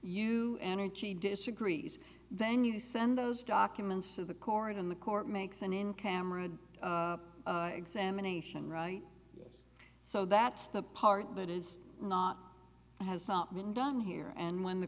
you energy disagrees then you send those documents to the court and the court makes an in camera examination right so that's the part that is not hasn't been done here and when the